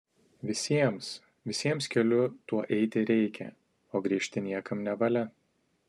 visiems visiems keliu tuo eiti reikia o grįžti niekam nevalia